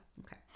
okay